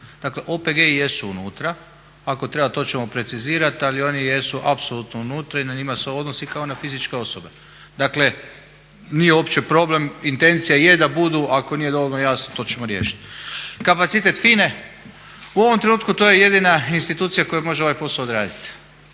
dakle OPG-i jesu unutra, ako treba to ćemo precizirati ali oni jesu apsolutno unutra i na njih se odnosi kao na fizičke osobe. Dakle nije uopće problem, intencija je da budu ako nije dovoljno jasno, to ćemo riješiti. Kapacitet FINA-e, u ovom trenutku to je jedina institucija koja može ovaj posao odraditi.